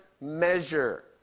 measure